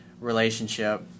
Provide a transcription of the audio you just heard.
relationship